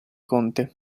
conte